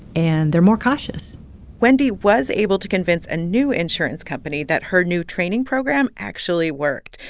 and they're more cautious wendy was able to convince a new insurance company that her new training program actually worked.